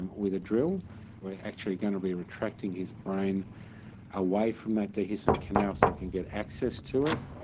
and with a drill, and we're actually going to be retracting his brain away from that dehiscent canal so we can get access to it.